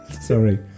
Sorry